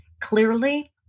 clearly